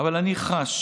אבל אני חש